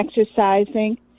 exercising